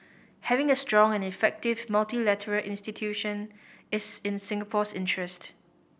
having a strong and effective multilateral institution is in Singapore's interest